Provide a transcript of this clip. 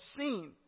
seen